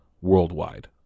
worldwide